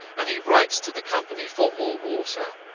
and he writes to the company for more water.